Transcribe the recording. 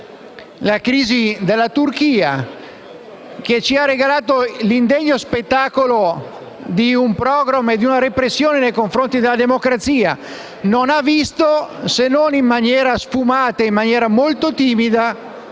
la crisi della Turchia, che ci ha regalato l'indegno spettacolo di un *pogrom* e di una repressione nei confronti della democrazia, non si è visto, se non in maniera sfumata e molto timida,